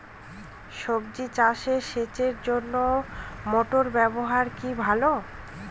সবজি চাষে সেচের জন্য মোটর ব্যবহার কি ভালো?